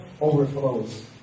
overflows